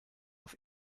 auf